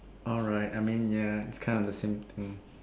alright I mean ya it's kind of the same thing